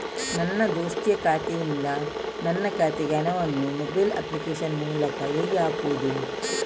ನನ್ನ ದೋಸ್ತಿಯ ಖಾತೆಯಿಂದ ನನ್ನ ಖಾತೆಗೆ ಹಣವನ್ನು ಮೊಬೈಲ್ ಅಪ್ಲಿಕೇಶನ್ ಮೂಲಕ ಹೇಗೆ ಹಾಕುವುದು?